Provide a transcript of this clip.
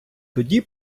тоді